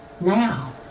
Now